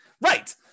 Right